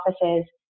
offices